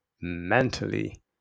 mentally